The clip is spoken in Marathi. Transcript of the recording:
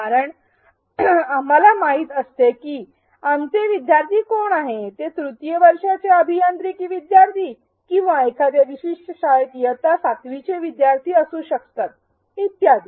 कारण आम्हाला माहित असते की आमचे विद्यार्थी कोण आहेत ते तृतीय वर्षाचे अभियांत्रिकी विद्यार्थी किंवा एखाद्या विशिष्ट शाळेत इयत्ता ७वीचे विद्यार्थी असू शकतात इत्यादी